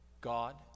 God